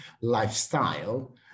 lifestyle